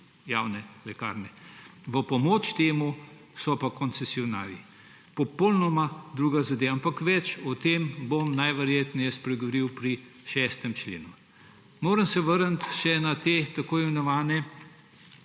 javne lekarne. V pomoč temu pa so koncesionarji. Popolnoma druga zadeva, ampak več o tem bom najverjetneje spregovoril pri 6. členu. Moram se vrniti še na tako imenovane